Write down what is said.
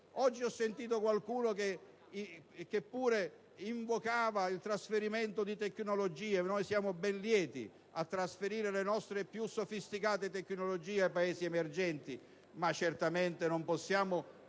Oggi ho sentito qualcuno che pure invocava il trasferimento di tecnologie. Noi siamo ben lieti di trasferire le nostre più sofisticate tecnologie ai Paesi emergenti, ma certamente non possiamo